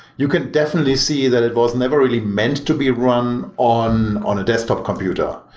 you can definitely see that it was never really meant to be run on on a desktop computer.